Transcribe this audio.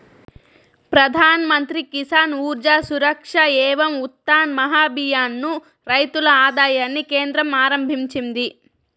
ప్రధాన్ మంత్రి కిసాన్ ఊర్జా సురక్ష ఏవం ఉత్థాన్ మహాభియాన్ ను రైతుల ఆదాయాన్ని కేంద్రం ఆరంభించింది